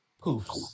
poofs